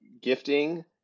gifting